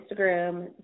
Instagram